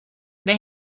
they